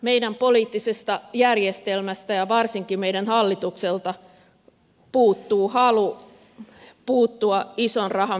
meidän poliittisesta järjestelmästämme ja varsinkin meidän hallitukselta puuttuu halu puuttua ison rahan verovuotoihin